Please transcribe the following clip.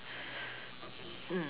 mm